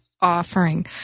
offering